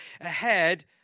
ahead